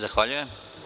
Zahvaljujem.